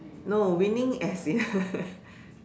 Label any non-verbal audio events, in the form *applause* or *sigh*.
no winning as in *laughs*